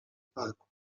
parku